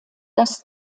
das